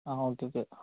ആ okay okay